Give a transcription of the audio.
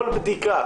כל בדיקה,